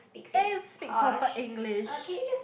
eh speak proper English